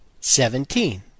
Seventeen